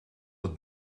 het